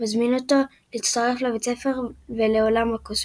המזמין אותו להצטרף לבית הספר ולעולם הקוסמים.